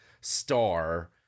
star